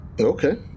Okay